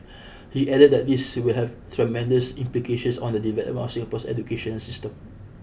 he added that this will have tremendous implications on the development of Singapore's educational system